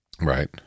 Right